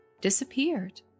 disappeared